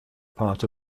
part